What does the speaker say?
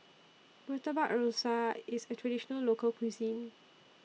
Murtabak Rusa IS A Traditional Local Cuisine